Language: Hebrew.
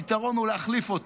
הפתרון הוא להחליף אותו,